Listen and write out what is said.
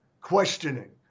questioning